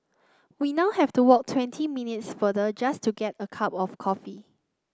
we now have to walk twenty minutes farther just to get a cup of coffee